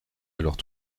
alors